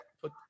put